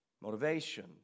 motivation